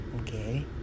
okay